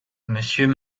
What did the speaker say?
monsieur